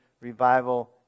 revival